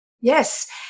yes